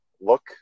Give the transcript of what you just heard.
look